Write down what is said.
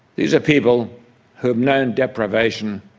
these are people who have known deprivation.